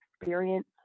experience